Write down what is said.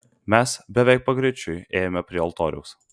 mes beveik pagrečiui ėjome prie altoriaus